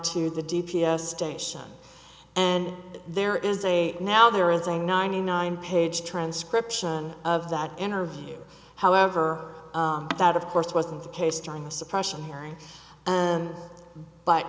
to the d p s station and there is a now there is a ninety nine page transcription of that interview however that of course wasn't the case during the suppression hearing and but